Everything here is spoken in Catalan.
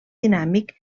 dinàmic